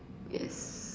yes